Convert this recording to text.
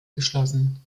geschlossen